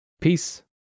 Peace